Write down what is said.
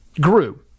grew